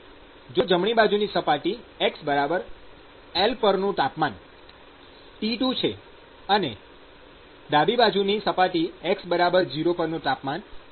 જો જમણી બાજુની સપાટી x L પરનું તાપમાન T2 છે અને ડાબી બાજુની સપાટી x 0 પરનું તાપમાન T1 છે